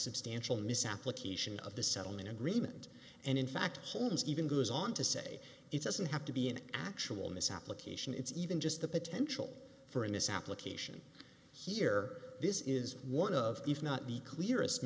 substantial misapplication of the settlement agreement and in fact holds even goes on to say it doesn't have to be an actual misapplication it's even just the potential for in this application here this is one of if not the clearest